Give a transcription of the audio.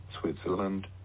Switzerland